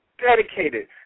dedicated